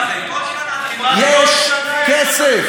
זה לא חד-פעמי, זה חוזר כל שנה.